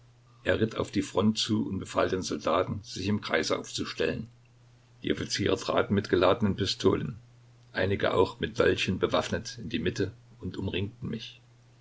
er ritt auf die front zu und befahl den soldaten sich im kreise aufzustellen die offiziere traten mit geladenen pistolen einige auch mit dolchen bewaffnet in die mitte und umringten mich